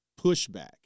pushback